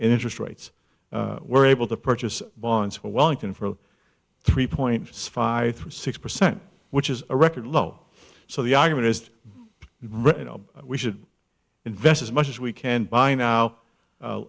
interest rates were able to purchase bonds for wellington for three point five six percent which is a record low so the argument is really no we should invest as much as we can buy now